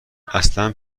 اصلا